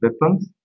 weapons